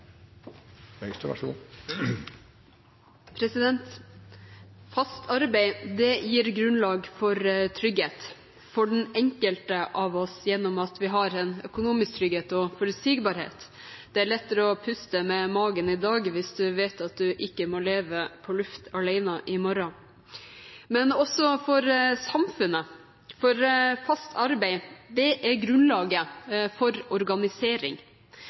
Fast arbeid gir grunnlag for trygghet for den enkelte av oss gjennom at vi har en økonomisk trygghet og forutsigbarhet. Det er lettere å puste med magen i dag hvis du vet at du ikke må leve på bare luft i morgen. Men det er viktig også for samfunnet, for fast arbeid er grunnlaget for organisering,